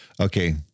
Okay